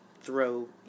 throw